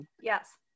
Yes